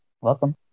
Welcome